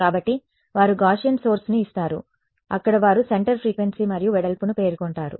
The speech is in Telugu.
కాబట్టి వారు గాస్సియన్ సోర్స్ ని ఇస్తారు అక్కడ వారు సెంటర్ ఫ్రీక్వెన్సీ మరియు వెడల్పును పేర్కొంటారు